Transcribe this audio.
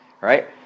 right